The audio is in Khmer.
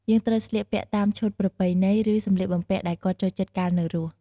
យើងត្រូវស្លៀកពាក់តាមឈុតប្រពៃណី ឬសម្លៀកបំពាក់ដែលគាត់ចូលចិត្តកាលនៅរស់។